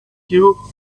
you